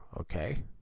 okay